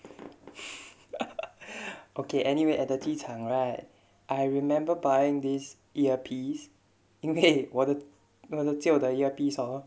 okay anyway at the 机场 right I remember buying these earpiece 因为我的我的旧的 earpiece hor